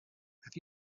have